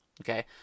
okay